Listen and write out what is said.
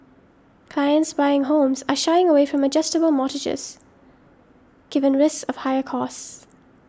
clients buying homes are shying away from adjustable mortgages given risks of higher costs